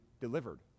delivered